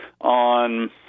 on